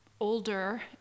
older